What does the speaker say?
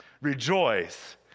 Rejoice